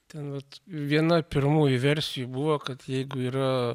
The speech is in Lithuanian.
ten vat viena pirmųjų versijų buvo kad jeigu yra